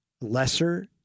lesser